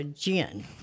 gin